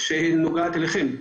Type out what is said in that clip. כולל בנוגע אליכם,